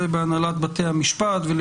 בהנהלת בתי המשפט את המהלך החשוב שהחוק עוסק בו.